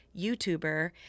YouTuber